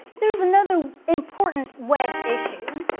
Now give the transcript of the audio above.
there's another important wedge issue,